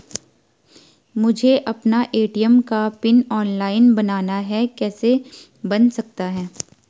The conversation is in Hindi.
मुझे अपना ए.टी.एम का पिन ऑनलाइन बनाना है कैसे बन सकता है?